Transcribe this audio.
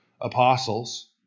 apostles